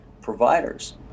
providers